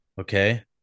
Okay